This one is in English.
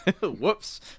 whoops